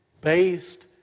based